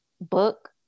book